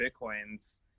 Bitcoins